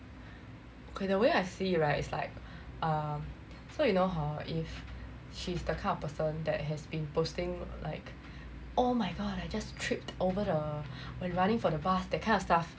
okay the way I see it right is like uh so you know hor if she's the kind of person that has been posting like oh my god I just tripped over the when running for the bus that kind of stuff